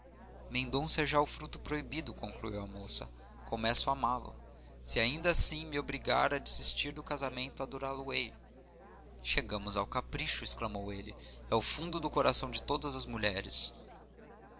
é já o fruto proibido concluiu a moça começo a amá-lo se ainda assim me obrigar a desistir do casamento adorá lo ei chegamos ao capricho exclamou ele é o fundo do coração de todas as mulheres